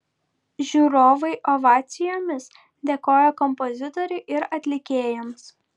žiūrovai ovacijomis dėkojo kompozitoriui ir atlikėjams